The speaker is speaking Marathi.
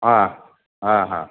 हां हां हां